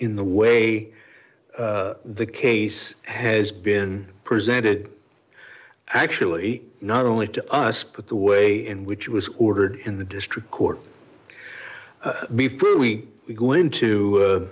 in the way the case has been presented actually not only to us but the way in which was ordered in the district court we go into